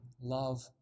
love